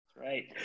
Right